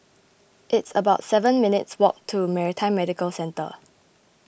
it's about seven minutes' walk to Maritime Medical Centre